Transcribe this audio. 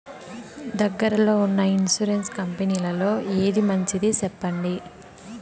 దగ్గర లో ఉన్న ఇన్సూరెన్సు కంపెనీలలో ఏది మంచిది? సెప్పండి?